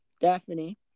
Daphne